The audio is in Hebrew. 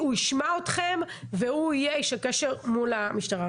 הוא ישמע אתכם והוא יהיה איש הקשר מול המשטרה.